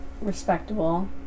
respectable